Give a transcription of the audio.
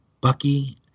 Bucky